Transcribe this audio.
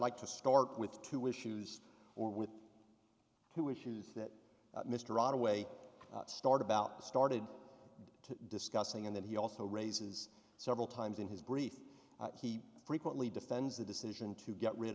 like to start with two issues or with who issues that mr ottaway start about started discussing and then he also raises several times in his brief he frequently defends the decision to get rid